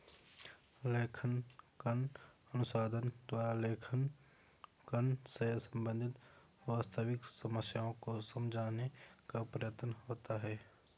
लेखांकन अनुसंधान द्वारा लेखांकन से संबंधित वास्तविक समस्याओं को समझाने का प्रयत्न होता है